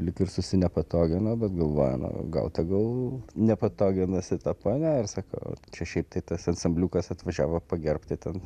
lyg ir susinepatoginau bet galvoju nu gal tegul nepatoginasi ta ponia ir sakau čia šiaip tai tas ansambliukas atvažiavo pagerbti ten